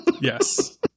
Yes